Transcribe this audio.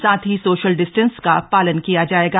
साथ ही social distance का पालन किया जायेगा